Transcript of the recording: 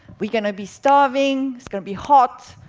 we're going to be starving, it's going to be hot,